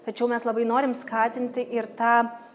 tačiau mes labai norim skatinti ir tą